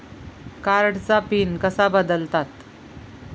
कार्डचा पिन कसा बदलतात?